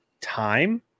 time